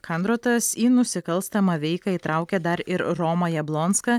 kandrotas į nusikalstamą veiką įtraukė dar ir romą jablonską